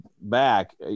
back